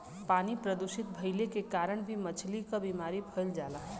पानी प्रदूषित भइले के कारण भी मछली क बीमारी फइल जाला